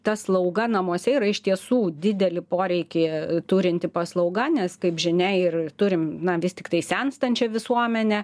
ta slauga namuose yra iš tiesų didelį poreikį turinti paslauga nes kaip žinia ir turim na vis tiktai senstančią visuomenę